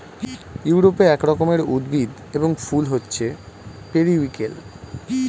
ইউরোপে এক রকমের উদ্ভিদ এবং ফুল হচ্ছে পেরিউইঙ্কেল